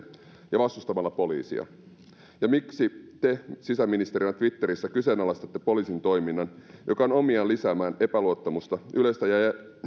ja vastustamalla poliisia ja miksi te sisäministerinä twitterissä kyseenalaistatte poliisin toiminnan mikä on omiaan lisäämään epäluottamusta yleistä